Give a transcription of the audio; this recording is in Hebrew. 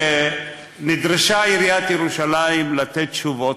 וכשנדרשה עיריית ירושלים לתת תשובות,